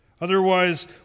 Otherwise